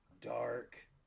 dark